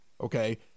okay